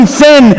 sin